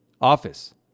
office